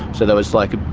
so there was like